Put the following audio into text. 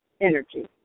Energy